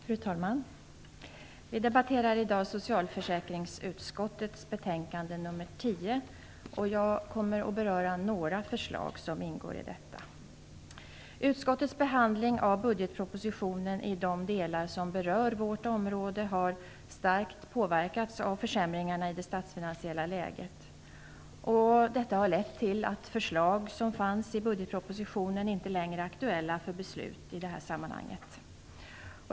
Fru talman! Vi debatterar i dag socialförsäkringsutskottets betänkande nr 10. Jag kommer att beröra några förslag som behandlas i det. Utskottets behandling av budgetpropositionen i de delar som berör vårt område har starkt påverkats av försämringarna i det statsfinansiella läget. Detta har lett till att förslag som fanns i budgetpropositionen inte längre är aktuella för beslut i det här sammanhanget.